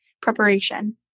preparation